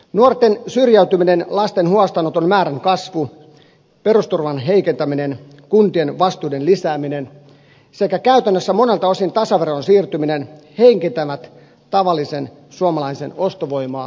nuorten syrjäytyminen lasten huostaanoton määrän kasvu perusturvan heikentäminen kuntien vastuiden lisääminen sekä käytännössä monelta osin tasaveroon siirtyminen heikentävät tavallisen suomalaisen ostovoimaa ja arkea